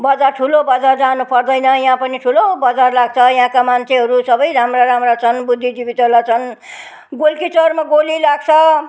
बजार ठुलो बजार जान पर्दैन यहाँ पनि ठुलो बजार लाग्छ यहाँका मान्छेहरू सबै राम्रा राम्रा छन् बुद्धिजीवी तल छन् गोर्खे चौरमा गोली लाग्छ